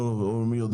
נכון?